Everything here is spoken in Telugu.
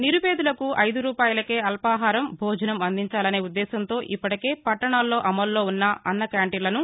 నిరుపేదలకు ఐదు రూపాయలకే అల్పాహారం భోజనం అందిచాలనే ఉద్దేశ్యంతో ఇప్పటికే పట్టణాల్లో అమలులో ఉన్న అన్న క్యాంటీన్లను